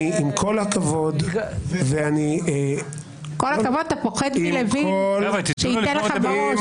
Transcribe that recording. ביטול עילת הסבירות